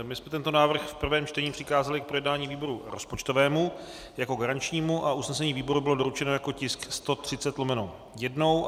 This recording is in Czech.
My jsme tento návrh v prvém čtení přikázali k projednání výboru rozpočtovému jako garančnímu a usnesení výboru bylo doručeno jako tisk 130/1.